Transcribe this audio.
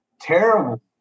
terrible